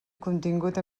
contingut